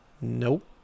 nope